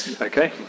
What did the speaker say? Okay